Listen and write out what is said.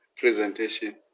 Presentation